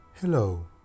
Hello